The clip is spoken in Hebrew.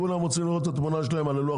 כולם רוצים לראות את התמונה שלהם על לוח